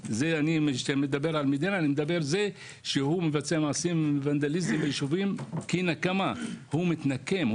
זה שהוא מבצע ונדליזם, כנקמה, הוא מתנקם.